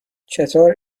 چطور